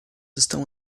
estão